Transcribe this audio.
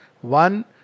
One